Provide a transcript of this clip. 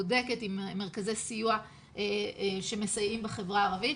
בודקת עם מרכזי סיוע שמסייעים בחברה הערבית,